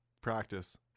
Practice